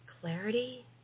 clarity